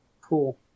Cool